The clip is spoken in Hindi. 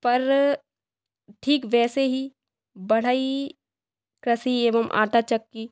पर ठीक वैसे ही बढ़ई कृषि एवं आटा चक्की